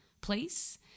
place